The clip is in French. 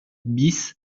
bis